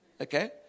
Okay